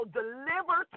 deliver